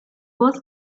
was